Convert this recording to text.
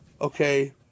Okay